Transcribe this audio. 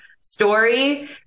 story